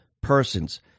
persons